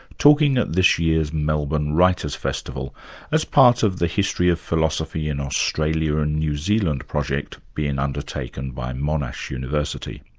talking this year's melbourne writers' festival as part of the history of philosophy in australia and new zealand project, being undertaken by monash university.